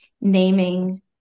naming